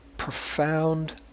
Profound